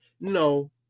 No